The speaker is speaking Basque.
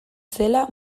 zela